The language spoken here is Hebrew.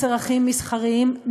לצרכים מסחריים.